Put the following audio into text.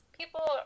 people